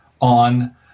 on